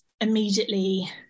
immediately